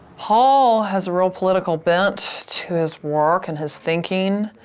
paul has a real political bent to his work and his thinking.